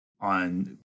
on